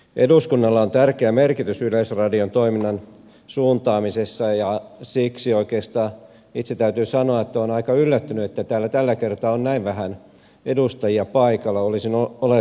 eduskunnalla on tärkeä merkitys yleisradion toiminnan suuntaamisessa ja siksi oikeastaan itse täytyy sanoa että olen aika yllättynyt että täällä tällä kertaa on näin vähän edustajia paikalla